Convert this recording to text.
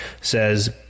says